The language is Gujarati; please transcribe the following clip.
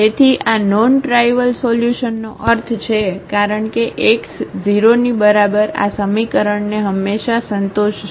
તેથી આ નોન ટ્રાઇવલ સોલ્યુશનનો અર્થ છે કારણ કે x 0 ની બરાબર આ સમીકરણને હંમેશા સંતોષશે